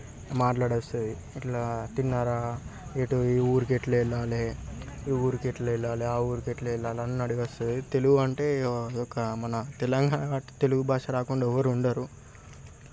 మాట్లాడొస్తది ఇట్లా తిన్నారా ఎటు ఏ ఊరికి ఎట్లా వెళ్ళాలి ఈ ఊరికి ఎట్లా వెళ్ళాలి ఆ ఊరికి ఎట్లా వెళ్ళాలి అడగాల్సొస్తాది తెలుగంటే అది ఒక మన తెలంగాణ తెలుగు భాష రాకుండా ఎవరు ఉండరు